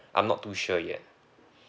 I'm not too sure yet